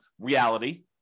reality